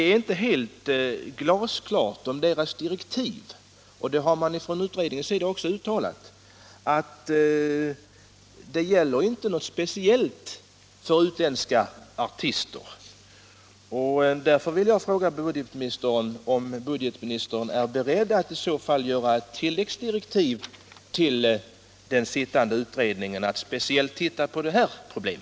Utredningens direktiv är emellertid inte helt glasklara, och det har från utredningens sida också uttalats att det inte speciellt gäller utländska artister. Därför vill jag fråga budgetministern om han är beredd att lämna tillläggsdirektiv till den sittande utredningen att speciellt studera det här problemet.